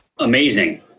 Amazing